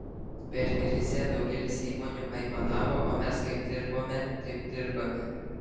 per krizę daugelis įmonių aimanavo o mes kaip dirbome taip dirbame